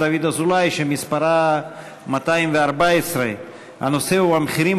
דוד אזולאי שמספרה 214. הנושא הוא: המחירים